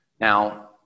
Now